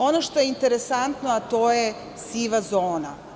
Ono što je interesantno, a to je siva zona.